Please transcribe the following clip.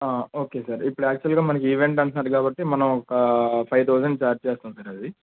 okay sir ఇప్పుడు యాక్చువల్గా మనకు ఈవెంట్ అంటున్నారు కాబట్టి మనం ఒక ఫైవ్ థౌసండ్ ఛార్జ్ చేస్తాము సార్ అది